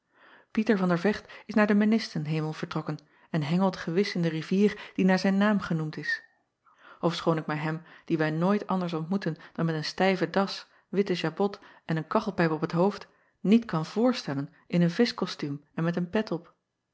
ieter van der echt is naar den ennisten hemel vertrokken en hengelt gewis in de rivier die naar zijn naam genoemd is ofschoon ik mij hem dien wij nooit anders ontmoeten dan met een stijven das witten jabot en een kachelpijp op t hoofd niet kan voorstellen in een vischkostuum en met een pet op